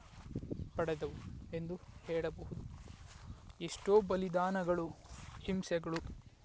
ಪಡೆದವು ಎಂದು ಹೇಳಬಹುದು ಎಷ್ಟೋ ಬಲಿದಾನಗಳು ಹಿಂಸೆಗಳು